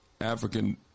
African